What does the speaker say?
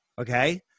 okay